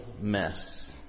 mess